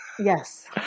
yes